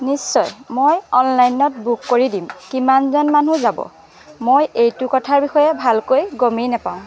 নিশ্চয় মই অনলাইনত বুক কৰি দিম কিমানজন মানুহ যাব মই এইটো কথাৰ বিষয়ে ভালকৈ গমেই নাপাওঁ